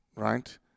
Right